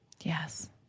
Yes